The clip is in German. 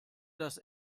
das